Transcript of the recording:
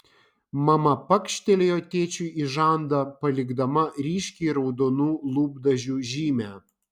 mama pakštelėjo tėčiui į žandą palikdama ryškiai raudonų lūpdažių žymę